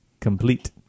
complete